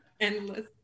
endless